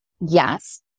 yes